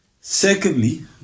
Secondly